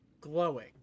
glowing